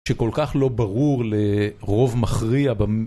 שכל כך לא ברור לרוב מכריע